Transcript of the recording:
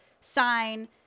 sign